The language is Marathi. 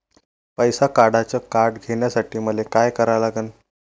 पैसा काढ्याचं कार्ड घेण्यासाठी मले काय करा लागन?